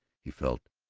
he felt.